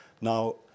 Now